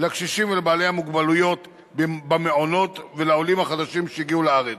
לקשישים ולבעלי המוגבלויות במעונות ולעולים החדשים שהגיעו לארץ.